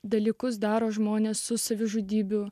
dalykus daro žmonės su savižudybių